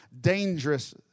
dangerous